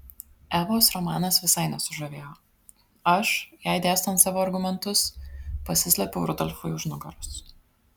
evos romanas visai nesužavėjo aš jai dėstant savo argumentus pasislėpiau rudolfui už nugaros